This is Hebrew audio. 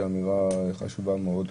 היא אמירה חשובה מאוד.